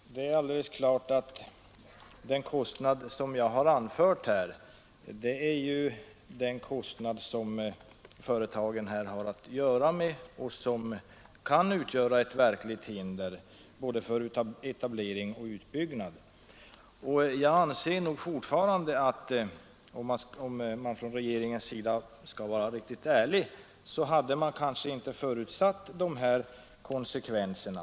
Fru talman! Det är alldeles klart att den kostnad som jag har anfört är den kostnad som företagen har att göra med och som kan utgöra ett verkligt hinder för både etablering och utbyggnad. Jag anser nog fortfarande att om regeringen varit riktigt ärlig, så hade den medgivit att man inte förutsett de här konsekvenserna.